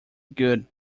good